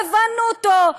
לא הבנו אותו.